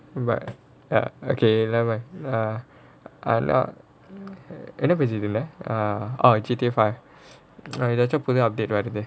but ya okay never mind err ஆனா என்ன பேசிட்டு இருந்தேன்:aanaa enna pesittu irunthaen oh G_T_A five புது:puthu update வறுத்த:varutha